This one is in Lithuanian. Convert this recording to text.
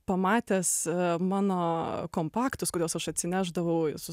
pamatęs mano kompaktus kuriuos aš atsinešdavau su